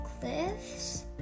cliffs